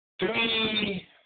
Three